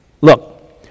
Look